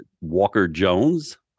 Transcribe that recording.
Walker-Jones